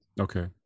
Okay